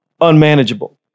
unmanageable